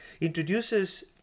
introduces